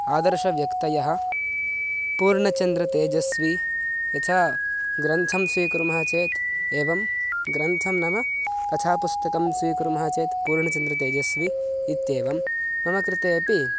आदर्शव्यक्तयः पूर्णचन्द्रतेजस्वी यथा ग्रन्थं स्वीकुर्मः चेत् एवं ग्रन्थं नाम कथापुस्तकं स्वीकुर्मः चेत् पूर्णचन्द्रतेजस्वी इत्येवं मम कृतेपि